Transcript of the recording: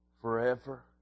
forever